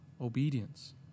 obedience